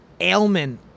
ailment